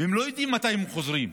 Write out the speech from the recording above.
והם לא יודעים מתי הם חוזרים.